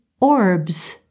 orbs